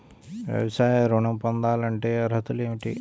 వ్యవసాయ ఋణం పొందాలంటే అర్హతలు ఏమిటి?